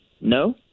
No